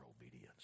obedience